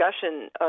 discussion